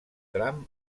tram